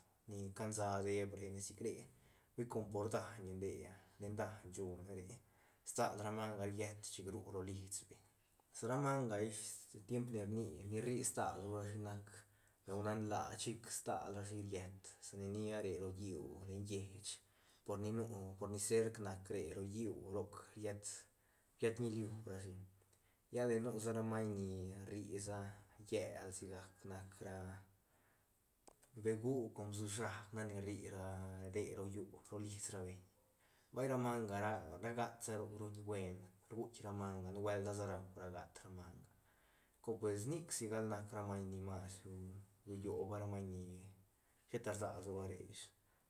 Ni cansa deep re nesicre hui com por daiñ re a len daiñ shune re stal ra manga riet chic ru ro lisbeñ sa ra manga ish tiempi rni- ni rri stal ru rashi nac beu nan laa chic stal rashi riet sa ni nia re ro lliú len lleich por ni nu por ni cerc nac re ro lliú roc riets- riet nilu rashi lla de nu sa raiñ ni rri sa llel shigac nac ra begú con bsi shaac nac ni rri ra re ro llú ro lis ra beñ vay ra manga ra ra gat sa roc ruñ buen guitk ra manga nubuelt ta sa rau ra gat ra manga gol cor pues nic sigal ni nac ra maiñ ni masru rulloba ra maiñ ni sheta rsag lsoa re ish